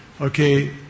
Okay